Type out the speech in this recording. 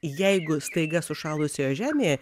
jeigu staiga sušalusioje žemėje